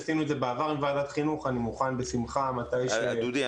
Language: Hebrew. עשינו את בעבר עם וועדת חינוך לעבור על הדברים -- דודי,